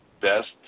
best